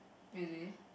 it is